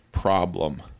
Problem